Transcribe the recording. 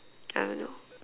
I don't know